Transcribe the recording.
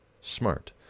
smart